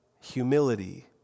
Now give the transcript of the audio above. humility